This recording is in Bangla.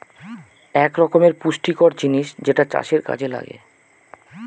এক রকমের পুষ্টিকর জিনিস যেটা চাষের কাযে লাগে